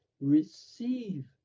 receive